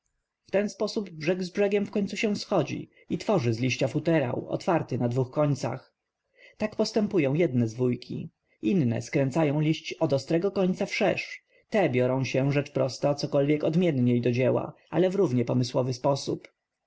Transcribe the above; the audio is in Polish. wypręża w ten sposób brzeg z brzegiem w końcu się schodzi i tworzy z liścia futerał otwarty na dwóch końcach tak postępują jedne zwójki inne skręcają liść od ostrego końca wszerz te biorą się rzecz prosta cokolwiek odmienniej do dzieła ale w równie pomysłowy sposób